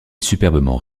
superbement